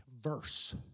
verse